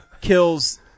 kills